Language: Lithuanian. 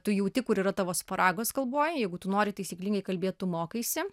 tu jauti kur yra tavo spragos kalboj jeigu tu nori taisyklingai kalbėt tu mokaisi